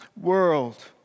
world